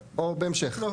לא,